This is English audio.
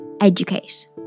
educate